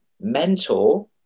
mentor